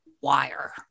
wire